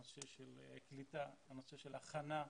הנושא של הקהילה, הנושא של הכנה.